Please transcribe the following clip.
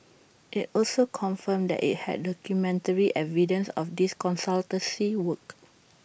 IT also confirmed that IT had documentary evidence of these consultancy works